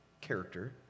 character